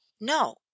No